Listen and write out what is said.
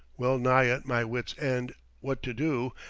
well-nigh at my wit's end what to do,